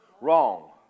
Wrong